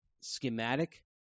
schematic